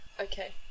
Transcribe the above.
okay